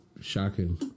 Shocking